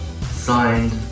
signed